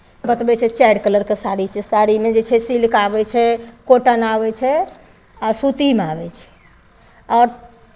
बतबै छै चारि कलरके साड़ी छै साड़ीमे जे छै सिल्क आबै छै कॉटन आबै छै आ सूतीमे आबै छै आओर